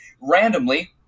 randomly